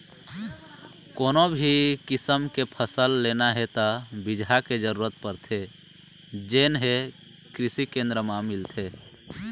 कोनो भी किसम के फसल लेना हे त बिजहा के जरूरत परथे जेन हे कृषि केंद्र म मिलथे